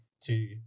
two